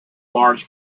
large